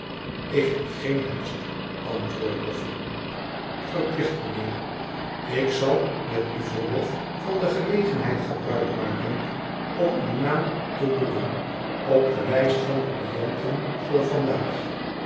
ik heb geen haast antwoordde bofftn verplicht mijnheer ik zal met uw verlof van de gelegenheid gebruik maken om uw naam te boeken op de lijst der cliënten voor vandaag